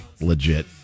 legit